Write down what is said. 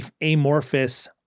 amorphous